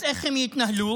אז איך הם יתנהלו?